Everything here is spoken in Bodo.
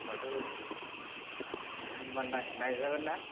होनबाथ' होनबा नायजागोन ना